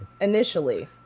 initially